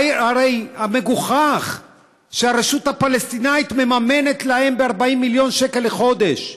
הרי מגוחך שהרשות הפלסטינית מממנת להם ב-40 מיליון שקל לחודש.